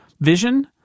vision